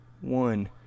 One